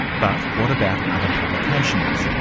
but what about other publications?